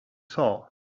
saw